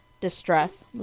distress